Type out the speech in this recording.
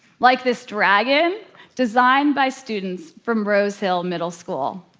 like this dragon designed by students from rosehill middle school.